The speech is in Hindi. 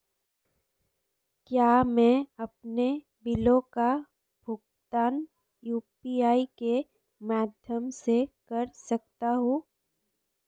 क्या मैं अपने बिलों का भुगतान यू.पी.आई के माध्यम से कर सकता हूँ?